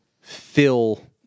fill